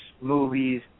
movies